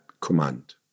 command